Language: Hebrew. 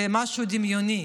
זה משהו דמיוני,